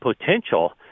potential